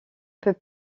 peut